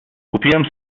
kupiłem